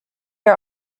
are